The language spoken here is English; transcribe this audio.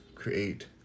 create